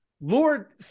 Lord